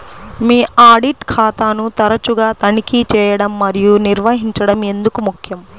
మీ audit ఖాతాను తరచుగా తనిఖీ చేయడం మరియు నిర్వహించడం ఎందుకు ముఖ్యం?